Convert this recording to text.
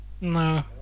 No